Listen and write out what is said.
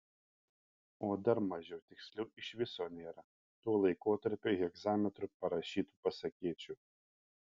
o dar mažiau tiksliau iš viso nėra tuo laikotarpiu hegzametru parašytų pasakėčių